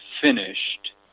finished